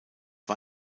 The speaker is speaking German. war